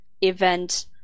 event